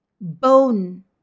Bone